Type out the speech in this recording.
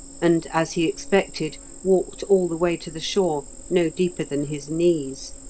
and, as he expected, walked all the way to the shore, no deeper than his knees.